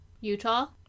Utah